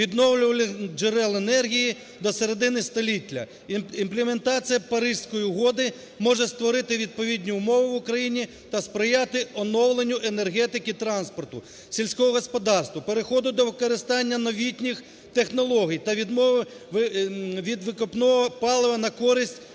відновлювальних джерел енергії до середини століття. Імплементація Паризької угоди може створити відповідні умови в Україні та сприяти оновленню енергетики, транспорту, сільського господарства, переходу до використання новітніх технологій та відмови від викопного палива на користь